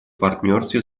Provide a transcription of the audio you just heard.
партнерстве